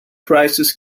prices